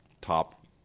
top